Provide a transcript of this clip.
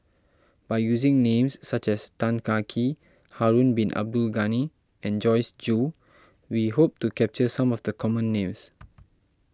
by using names such as Tan Kah Kee Harun Bin Abdul Ghani and Joyce Jue we hope to capture some of the common names